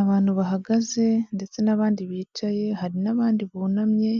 Abantu bahagaze ndetse n'abandi bicaye, hari n'abandi bunamye,